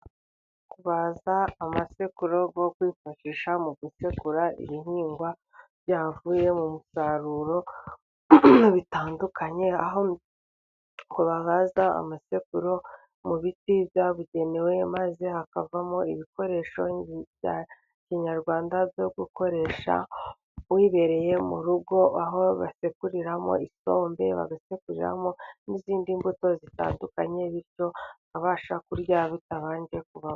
Kubaza amaseku yo kwifashisha mu gukekura ibihingwa byavuye mu musaruro bitandukanye, aho kubabaza amasekururo mu biti byabugenewe maze hakavamo ibikoresho bya kinyarwanda, byo gukoresha uyibereye mu rugo aho basekuriramo isombe, bagasekurimo n'izindi mbuto zitandukanye. Bityo bakabasha kurya bitabanje kubaho.